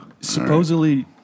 Supposedly